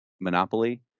monopoly